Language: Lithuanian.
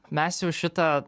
mes jau šitą